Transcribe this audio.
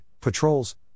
patrols